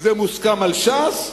זה מוסכם על ש"ס?